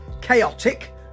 chaotic